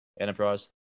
enterprise